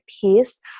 piece